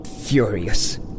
Furious